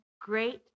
great